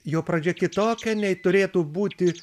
jo pradžia kitokia nei turėtų būti